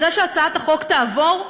אחרי שהצעת החוק תעבור,